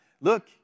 look